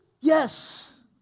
yes